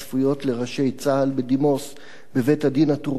לראשי צה"ל בדימוס בבית-הדין הטורקי?